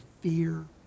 fear